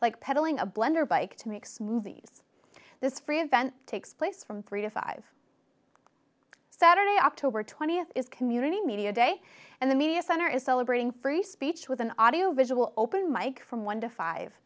like pedaling a blender bike to make smoothies this free event takes place from three to five saturday october th is community media day and the media center is celebrating free speech with an audio visual open mike from one to five